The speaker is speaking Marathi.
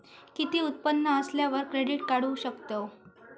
किती उत्पन्न असल्यावर क्रेडीट काढू शकतव?